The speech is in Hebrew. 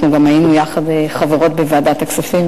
אנחנו היינו יחד חברות בוועדת הכספים,